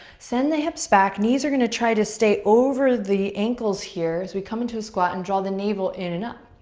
send the hips back. knees are gonna try to stay over the ankles here as we come into a squat and draw the navel in and up.